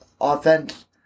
offense